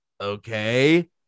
okay